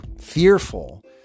fearful